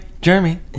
Jeremy